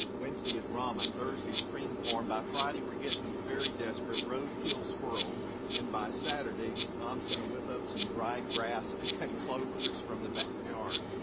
wednesday is ramen, thursday is creamed corn, by friday we're getting very desperate, roadkill squirrels, and by saturday mom's gonna whip up some dried grass and clovers from the backyard.